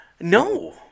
No